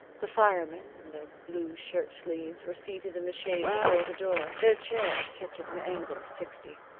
the firemen, in their blue shirt-sleeves, were seated in the shade before the door, their chairs tipped at an angle of sixty.